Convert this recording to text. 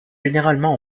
généralement